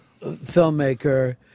Filmmaker